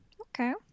Okay